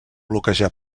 bloquejar